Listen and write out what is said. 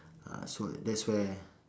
ah so that's where